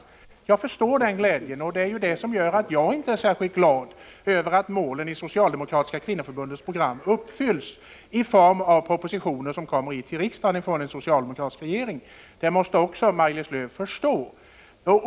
Jag förstår den glädjen, och det är ju därför att målen i det socialdemokratiska kvinnoförbundets program uppfylls —i form av propositioner som kommer hit till riksdagen från en socialdemokratisk regering — som jag inte är särskilt glad. Det måste Maj-Lis Lööw förstå.